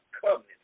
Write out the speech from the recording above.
covenant